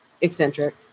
eccentric